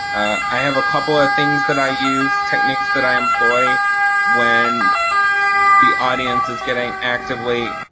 i have a couple of things that i use, techniques that i employ when the audience is getting actively